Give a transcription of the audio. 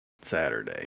Saturday